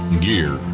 gear